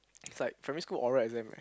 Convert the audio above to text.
it's like primary school oral exam right